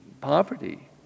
poverty